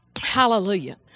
Hallelujah